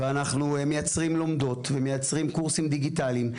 אנחנו מייצרים לומדות ומייצרים קורסים דיגיטליים,